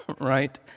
right